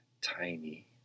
tiny